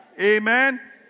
Amen